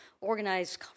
organized